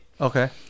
Okay